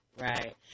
Right